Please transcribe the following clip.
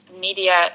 media